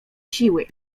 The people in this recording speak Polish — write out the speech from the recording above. siły